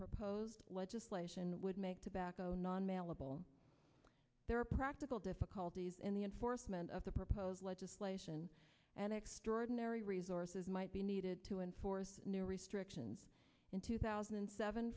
proposed legislation would make tobacco non mailable there are practical difficulties in the enforcement of the proposed legislation and extraordinary resources might be needed to enforce new restrictions in two thousand and seven